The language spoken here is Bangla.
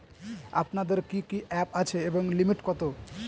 আপনাদের কি কি অ্যাপ আছে এবং লিমিট কত?